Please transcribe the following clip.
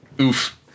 Oof